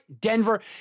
Denver